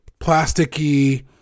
plasticky